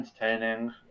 entertaining